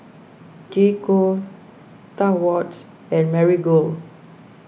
J Co Star Awards and Marigold